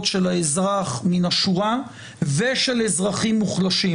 של אזרח מן השורה ושל אזרחים מוחלשים.